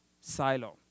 silo